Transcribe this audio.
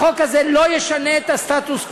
החוק הזה לא ישנה את הסטטוס-קוו.